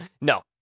No